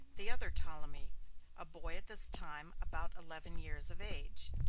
the other ptolemy a boy at this time about eleven years of age.